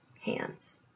hands